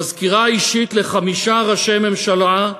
מזכירה אישית לחמישה ראשי ממשלה,